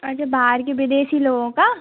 अच्छा बाहर के विदेशी लोगों का